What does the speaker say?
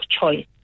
choice